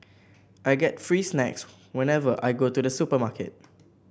I get free snacks whenever I go to the supermarket